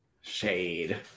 shade